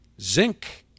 zinc